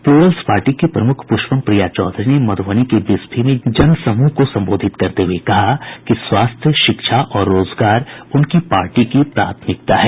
Plurals party की प्रमुख पुष्पम प्रिया चौधरी ने मधुबनी के बिस्फी में जन समूह को संबोधित करते हुये कहा कि स्वास्थ्य शिक्षा और रोजगार उनकी पार्टी की प्राथमिकता है